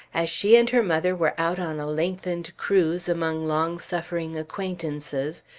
as she and her mother were out on a lengthened cruise among long-suffering acquaintances,